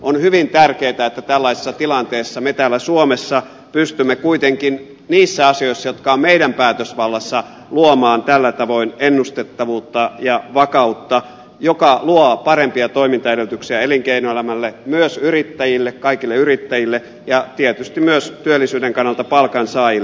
on hyvin tärkeätä että tällaisessa tilanteessa me täällä suomessa pystymme kuitenkin niissä asioissa jotka ovat meidän päätösvallassamme luomaan tällä tavoin ennustettavuutta ja vakautta joka luo parempia toimintaedellytyksiä elinkeinoelämälle myös kaikille yrittäjille ja tietysti myös työllisyyden kannalta palkansaajille